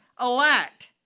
elect